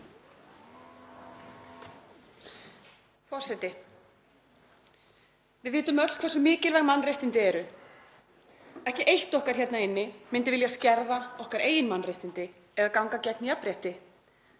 Forseti. Við vitum öll hversu mikilvæg mannréttindi eru, ekki eitt okkar hérna inni myndi vilja skerða okkar eigin mannréttindi eða ganga gegn jafnrétti.